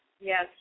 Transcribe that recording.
Yes